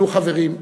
נו, חברים,